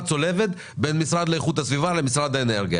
צולבת בין המשרד להגנת הסביבה למשרד האנרגיה,